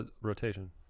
rotation